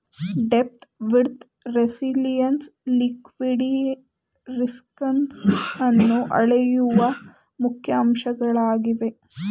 depth, width, resilience liquidity ರಿಸ್ಕನ್ನು ಅಳೆಯುವ ಮುಖ್ಯ ಅಂಶಗಳಾಗಿವೆ